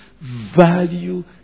value